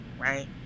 right